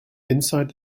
inside